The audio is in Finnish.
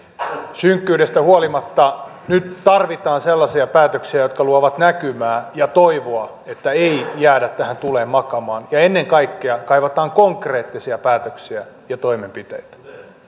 synkkyydestä huolimatta nyt tarvitaan sellaisia päätöksiä jotka luovat näkymää ja toivoa että ei jäädä tähän tuleen makaamaan ja ennen kaikkea kaivataan konkreettisia päätöksiä ja toimenpiteitä